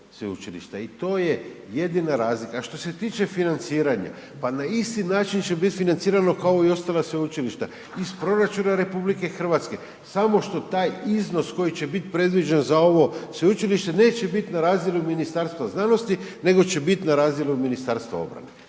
i to je jedina razlika. A što se tiče financiranja, pa na isti način će bit financirano kao i ostala sveučilišta, iz proračuna RH, samo što taj iznos koji će bit predviđen za ovo sveučilište neće bit na razini Ministarstva znanosti nego će bit na razini od Ministarstva obrane.